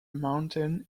mountain